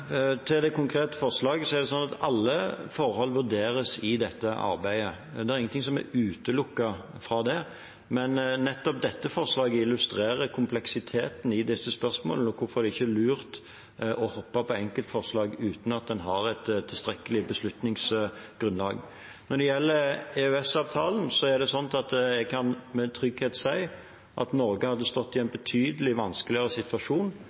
det gjelder det konkrete forslaget, vurderes alle forhold i dette arbeidet. Det er ingenting som er utelukket fra det. Men nettopp dette forslaget illustrerer kompleksiteten i disse spørsmålene og hvorfor det ikke er lurt å hoppe på enkeltforslag uten at en har et tilstrekkelig beslutningsgrunnlag. Når det gjelder EØS-avtalen, kan jeg med trygghet si at Norge hadde stått i en betydelig vanskeligere situasjon